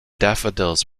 daffodils